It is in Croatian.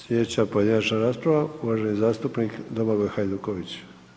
Slijedeća pojedinačna rasprava uvaženi zastupnik Domagoj Hajduković.